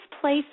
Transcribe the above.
place